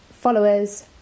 followers